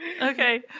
Okay